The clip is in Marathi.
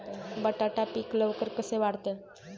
बटाटा पीक लवकर कसे वाढते?